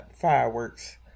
fireworks